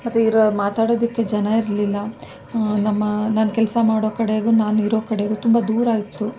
ಮತ್ತೆ ಇರೋ ಮಾತಾಡೋದಕ್ಕೆ ಜನ ಇರಲಿಲ್ಲ ನಮ್ಮ ನಾನು ಲಸ ಮಾಡೋ ಕಡೆಗೂ ನಾನು ಇರೋ ಕಡೆಗೂ ತುಂಬ ದೂರ ಇತ್ತು